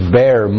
bear